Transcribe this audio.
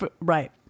Right